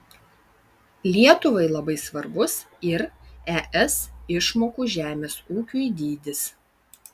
lietuvai labai svarbus ir es išmokų žemės ūkiui dydis